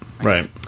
right